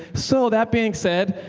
so that being said,